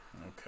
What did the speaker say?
Okay